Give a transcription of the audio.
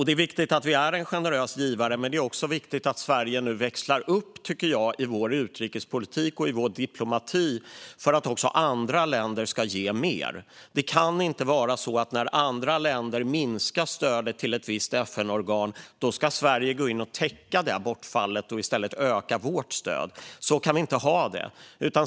Det är viktigt att vi är en generös givare, men det är också viktigt att Sverige nu växlar upp i vår utrikespolitik och diplomati för att även andra länder ska ge mer. Det kan inte vara så att när andra länder minskar stödet till ett visst FN-organ ska Sverige gå in och täcka bortfallet genom att öka vårt stöd. Så kan vi inte ha det.